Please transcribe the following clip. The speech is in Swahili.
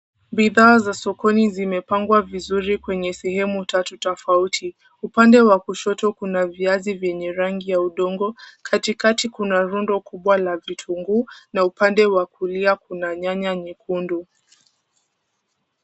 Bidhaa za sokoni zimepangwa vizuri kwenye sehemu tatu tofauti. Upande wa kushoto kuna viazi vyenye rangi ya udongo, katikati kuna rundo kubwa la vitunguu na upande wa kulia kuna nyanya nyekundu.